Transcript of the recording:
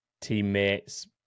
teammates